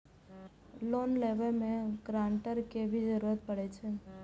Loan लेबे में guarantor के भी जरूरी परे छै?